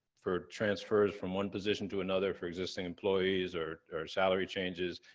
for transfers from one position to another for existing employees or or salary changes,